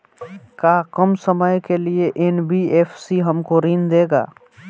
का कम समय के लिए एन.बी.एफ.सी हमको ऋण देगा?